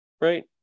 right